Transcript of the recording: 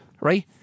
right